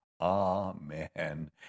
Amen